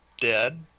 dead